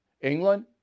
England